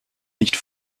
nicht